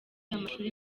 amashuri